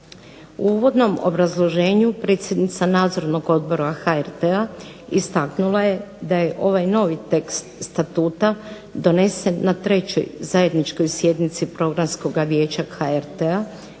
U uvodnom obrazloženju predsjednica Nadzornog odbora HRT-a istaknula je da je ovaj novi tekst Statuta donesen na 3. zajedničkoj sjednici Programskog vijeća HRT-a